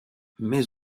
mais